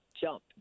jump